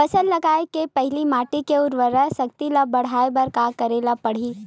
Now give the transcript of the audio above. फसल लगाय के पहिली माटी के उरवरा शक्ति ल बढ़ाय बर का करेला पढ़ही?